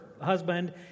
husband